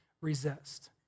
resist